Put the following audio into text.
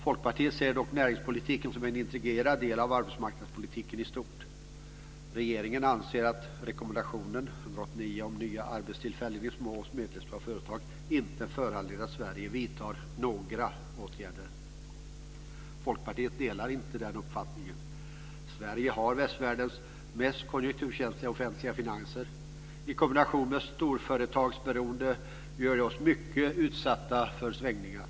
Folkpartiet ser dock näringspolitiken som en integrerad del av arbetsmarknadspolitiken i stort. Regeringen anser att rekommendation 189 om nya arbetstillfällen i små och medelstora företag inte föranleder att Sverige vidtar några åtgärder. Folkpartiet delar inte den uppfattningen. Sverige har västvärldens mest konjunkturkänsliga offentliga finanser. I kombination med storföretagsberoendet gör det oss mycket utsatta för svängningar.